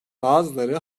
bazıları